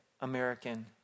American